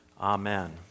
Amen